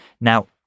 Now